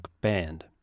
band